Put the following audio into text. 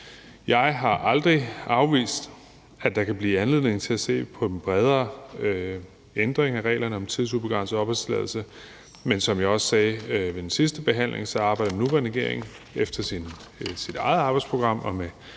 Jeg har aldrig afvist, at der kan blive anledning til at se på en bredere ændring af reglerne om tidsubegrænset opholdstilladelse, men som jeg også sagde ved den sidste behandling, arbejder den nuværende regering efter sit eget arbejdsprogram og med